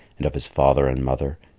and of his father and mother,